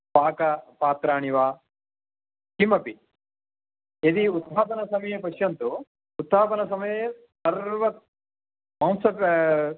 पाकपात्राणि वा किमपि यदि उत्थापनसमये पश्यन्तु उत्थापनसमये सर्वमांस